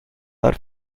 are